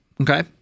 Okay